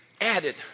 added